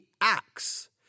acts